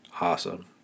awesome